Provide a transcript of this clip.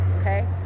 Okay